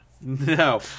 No